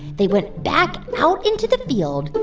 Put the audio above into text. they went back out into the field,